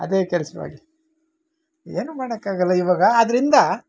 ಅದೇ ಕೆಲಸವಾಗಿ ಏನೂ ಮಾಡೋಕ್ಕಾಗಲ್ಲ ಇವಾಗ ಅದರಿಂದ